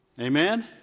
Amen